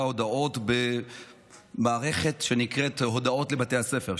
הודעות במערכת שנקראת "הודעות לבתי הספר",